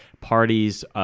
parties